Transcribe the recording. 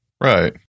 right